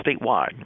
statewide